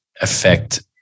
affect